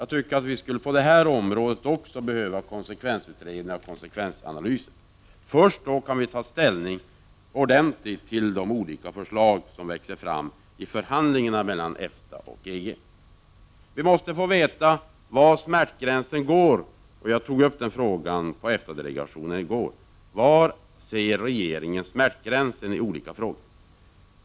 Jag tycker att vi också på detta område skulle behöva konsekvensutredningar och konsekvensanalyser. Först därefter kan vi ordentligt ta ställning till de olika förslag som växer fram i förhandlingarna mellan EFTA och EG. Vi måste få veta var smärtgränsen går — jag tog upp den frågan i går i EFTA-delegationen. Var anser alltså regeringen att smärtgränsen går i olika frågor?